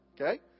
okay